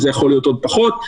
וזה יכול להיות פחות מזה.